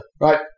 Right